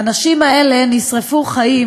האנשים האלה נשרפו חיים